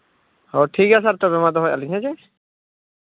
ᱚ ᱴᱷᱤᱠ ᱜᱮᱭᱟ ᱥᱟᱨ ᱛᱚᱵᱮ ᱢᱟ ᱫᱚᱦᱚᱭᱮᱜᱼᱟ ᱞᱤᱧ ᱦᱮᱸ ᱥᱮ